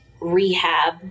rehab